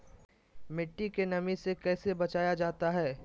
मट्टी के नमी से कैसे बचाया जाता हैं?